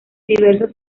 diversos